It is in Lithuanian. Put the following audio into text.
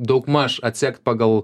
daugmaž atsekt pagal